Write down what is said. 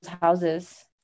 houses